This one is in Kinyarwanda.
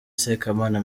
sekamana